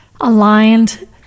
aligned